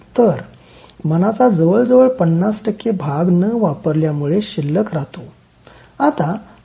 तर मनाचा जवळजवळ ५० भाग न वापरल्यामुळे शिल्लक राहतो